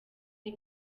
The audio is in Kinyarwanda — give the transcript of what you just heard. ari